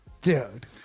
dude